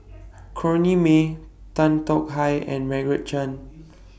Corrinne May Tan Tong Hye and Margaret Chan